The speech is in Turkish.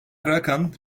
racan